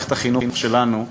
מערכת החינוך שלנו,